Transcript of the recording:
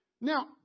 Now